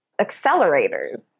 accelerators